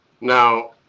Now